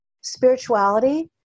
spirituality